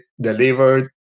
delivered